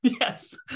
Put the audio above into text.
Yes